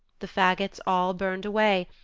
the fagots all burned away,